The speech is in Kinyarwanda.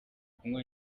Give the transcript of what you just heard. kunywa